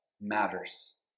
matters